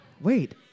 wait